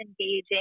engaging